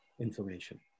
information